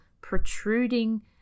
protruding